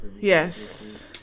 Yes